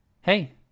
Hey